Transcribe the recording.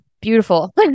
beautiful